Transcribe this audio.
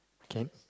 can